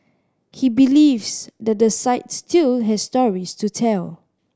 he believes that the site still has stories to tell